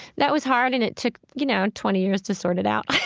that was hard and it took, you know, twenty years to sort it out